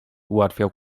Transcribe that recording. ułatwiał